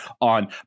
on